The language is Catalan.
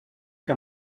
que